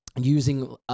using